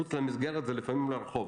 מחוץ למסגרת זה לפעמים לרחוב,